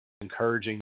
encouraging